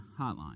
hotline